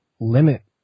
limit